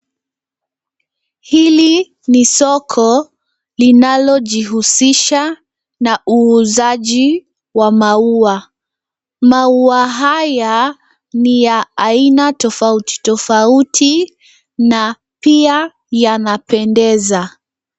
Hili ni soko linalojihusisha na uuzaji wa maua. Maua haya ni ya aina tofauti tofauti na pia yanapendeza.